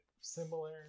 similar